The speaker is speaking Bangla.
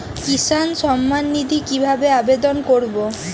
কিষান সম্মাননিধি কিভাবে আবেদন করব?